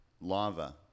lava